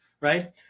Right